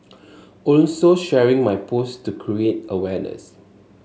also sharing my post to create awareness